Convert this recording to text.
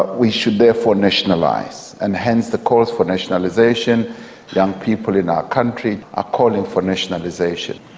we should therefore nationalise and hence the calls for nationalisation young people in our country are calling for nationalisation.